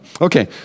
Okay